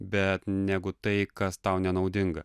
bet negu tai kas tau nenaudinga